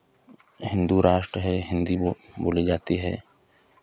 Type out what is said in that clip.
हिन्दू राष्ट्र है हिन्दी बोली जाती है